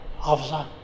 officer